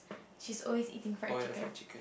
she is always eating friend chicken